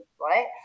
right